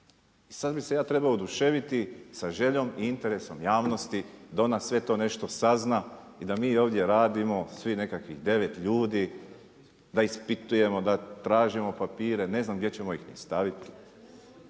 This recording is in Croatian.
I sada bih se ja trebao oduševiti sa željom i interesom javnosti da ona sve to nešto sazna i da mi ovdje radimo, svi nekakvih 9 ljudi, da ispitujemo, da tražimo papire, ne znam gdje ćemo ih ni staviti.